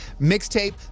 mixtape